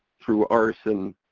true arson,